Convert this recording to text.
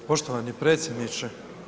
Poštovani predsjedniče.